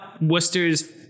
Worcester's